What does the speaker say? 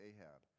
Ahab